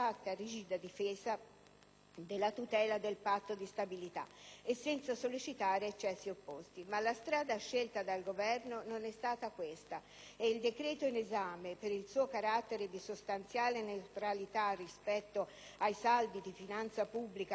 della tutela del Patto di stabilità e senza sollecitare eccessi opposti. Ma la strada scelta dal Governo non è stata questa e il decreto in esame, per il suo carattere di sostanziale neutralità rispetto ai saldi di finanza pubblica per il prossimo triennio,